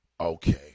okay